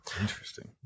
Interesting